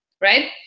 right